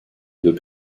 deux